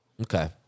Okay